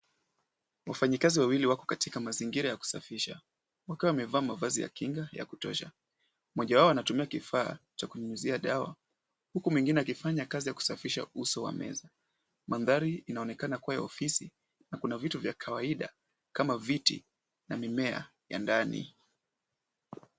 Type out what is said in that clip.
Wafanyikazi wawili wako katika mazingira ya kusafisha wakiwa wamevaa mavazi ya kinga ya kutosha. Mmoja wao anatumia kifaa cha kunyunyizia dawa huku mwingine akifanya kazi ya kusafisha uso wa meza. Mandhari inaonekana kuwa ya ofisi na kuna vitu vya kawaida kama viti na mimea ya ndani.